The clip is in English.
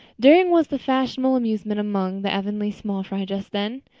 daring was the fashionable amusement among the avonlea small fry just then.